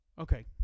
okay